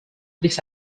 this